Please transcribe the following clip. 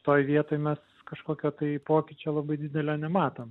toj vietoj mes kažkokio tai pokyčio labai didelio nematom